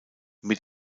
mit